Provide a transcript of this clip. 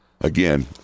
again